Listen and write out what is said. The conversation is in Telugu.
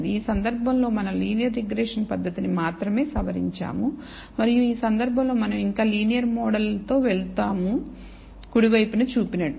ఈ సందర్భంలో మనం లీనియర్ రిగ్రెషన్ పద్ధతి నీ మాత్రమే సవరించాము మరియు ఈ సందర్భంలో మనం ఇంకా లీనియర్ మోడల్ తో వెళ్తాము కుడి వైపున చూపినట్లు